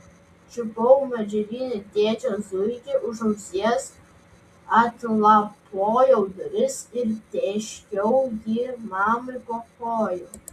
čiupau medžiaginį tėčio zuikį už ausies atlapojau duris ir tėškiau jį mamai po kojų